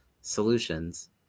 solutions